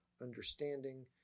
understanding